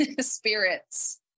spirits